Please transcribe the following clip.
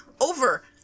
over